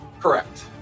Correct